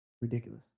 Ridiculous